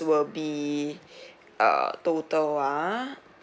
will be uh total ah